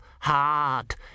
hard